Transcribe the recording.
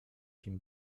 kim